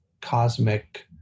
cosmic